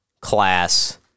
class